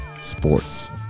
sports